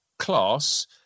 Class